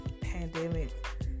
pandemic